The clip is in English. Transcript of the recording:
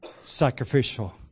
Sacrificial